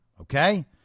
Okay